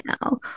now